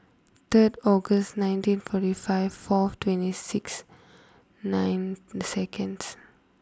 third August nineteen forty five four twenty six nine seconds